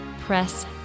Press